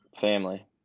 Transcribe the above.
family